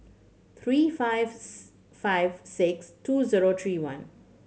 three fifth five six two zero three one